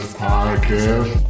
podcast